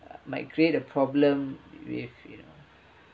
might create a problem with you know